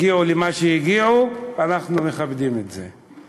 הגיעו למה שהגיעו, אנחנו מכבדים את זה.